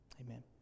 Amen